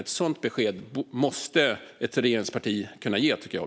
Ett sådant besked måste ett regeringsparti kunna ge, tycker jag.